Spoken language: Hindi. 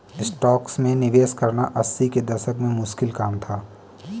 स्टॉक्स में निवेश करना अस्सी के दशक में मुश्किल काम था